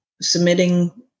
submitting